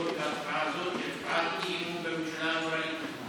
לראות בהצבעה הזאת הצבעת אי-אמון בממשלה הנוראית הזאת.